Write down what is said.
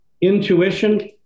Intuition